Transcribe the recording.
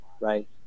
right